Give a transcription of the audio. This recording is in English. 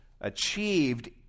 achieved